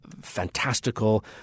fantastical